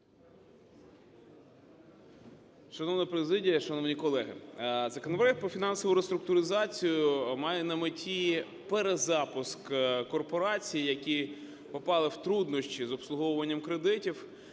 Шановна президія, шановні колеги! Законопроект про фінансову реструктуризацію має на меті перезапуск корпорацій, які попали в труднощі з обслуговуванням кредитів.